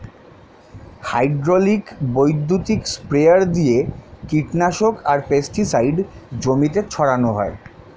hydraulic বৈদ্যুতিক sprayer দিয়ে কীটনাশক আর পেস্টিসাইড জমিতে ছড়ান হয়